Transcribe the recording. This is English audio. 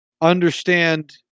understand